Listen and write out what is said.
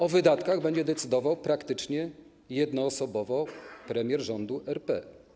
O wydatkach będzie decydował praktycznie jednoosobowo premier rządu RP.